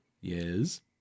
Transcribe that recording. Yes